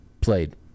played